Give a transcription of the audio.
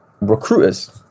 recruiters